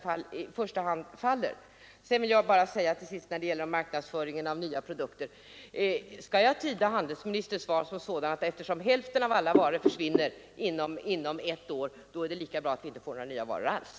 Till sist vill jag bara fråga när det gäller marknadsföringen av nya produkter: Skall jag tyda handelsministerns svar så att eftersom hälften av alla nya varor försvinner inom ett år, är det lika bra att vi inte får några nya varor alls?